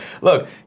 Look